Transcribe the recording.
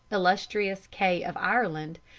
illustrious k. of ireland,